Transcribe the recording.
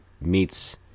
meets